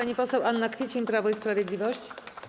Pani poseł Anna Kwiecień, Prawo i Sprawiedliwość.